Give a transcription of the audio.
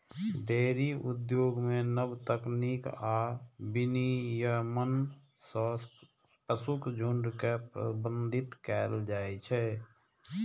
dairy उद्योग मे नव तकनीक आ विनियमन सं पशुक झुंड के प्रबंधित कैल जाइ छै